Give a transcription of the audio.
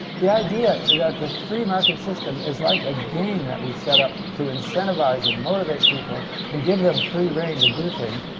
the idea is that the free market system is like a game that we set up to incentivize and motivate people and give them free rein to do things.